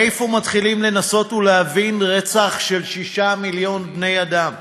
מאיפה מתחילים לנסות להבין רצח של שישה מיליון בני-אדם?